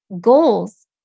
Goals